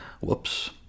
Whoops